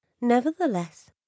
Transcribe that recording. Nevertheless